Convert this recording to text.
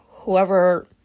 Whoever